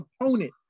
opponent